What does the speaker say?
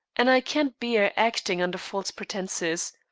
and i can't bear acting under false pretences.